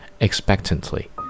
expectantly